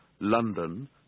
London